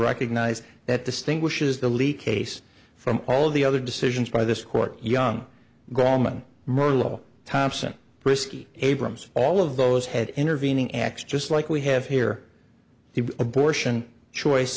recognize that distinguishes the leak case from all the other decisions by this court young gorman marlowe thompson brisky abrams all of those had intervening acts just like we have here the abortion choice